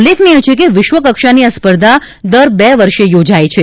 ઉલ્લેખનીય છે કે વિશ્વકક્ષાની આ સ્પર્ધા દર બે વર્ષે યોજાય છે